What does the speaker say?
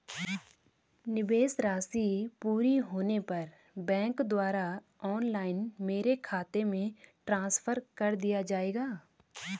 निवेश राशि पूरी होने पर बैंक द्वारा ऑनलाइन मेरे खाते में ट्रांसफर कर दिया जाएगा?